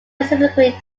subsequently